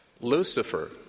Lucifer